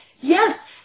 yes